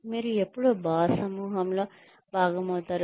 మీరు ఎప్పుడు బాస్ సమూహంలో భాగం అవుతారు